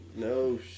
No